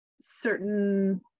certain